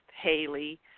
Haley